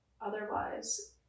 otherwise